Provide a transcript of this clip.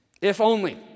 If-only